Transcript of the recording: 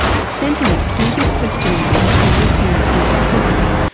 centrelink do this questionnaire with every parentsnext participant,